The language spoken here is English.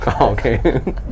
Okay